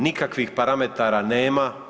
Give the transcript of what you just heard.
Nikakvih parametara nema.